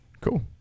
Cool